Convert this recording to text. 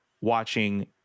watching